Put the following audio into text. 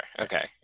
okay